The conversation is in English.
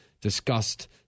discussed